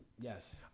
Yes